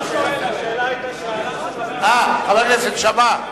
אתה יודע שאני כבר לא שואל, אה, חבר הכנסת שאמה.